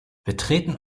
betreten